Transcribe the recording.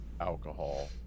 alcohol